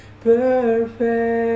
perfect